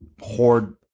hoard